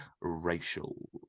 racial